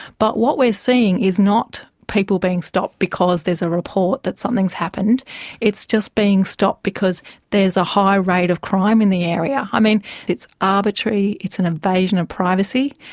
but what we're seeing is not people being stopped because there's a report that something's happened it's just being stopped because there's a high rate of crime in the area. i mean it's arbitrary, it's an invasion of privacy,